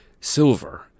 silver